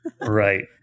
Right